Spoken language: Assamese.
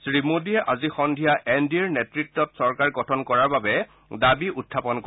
শ্ৰীমোদীয়ে আজি সন্ধিয়া এন ডি এৰ নেত্ৰত্ত চৰকাৰ গঠন কৰাৰ বাবে দাবী উখাপন কৰিব